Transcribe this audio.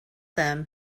them